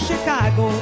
Chicago